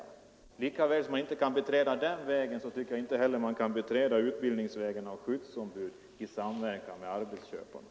Och lika väl som man inte kan beträda den vägen tycker jag att man inte kan beträda en väg som innebär att utbildningen av skyddsombud sker i samverkan med arbetsköparna.